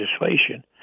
legislation